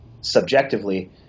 subjectively